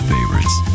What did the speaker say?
Favorites